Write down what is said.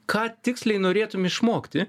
ką tiksliai norėtum išmokti